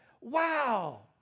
wow